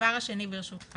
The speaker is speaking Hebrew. ברשותך